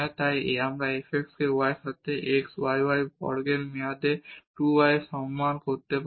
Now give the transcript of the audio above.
তাই আমরা এই fx কে y এর সাথে x y y বর্গের উপরে 2 y এর সমান করতে পারি